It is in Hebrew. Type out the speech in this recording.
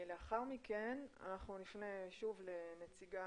לאחר מכן אנחנו נפנה שוב לנציגה